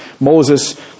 Moses